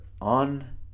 on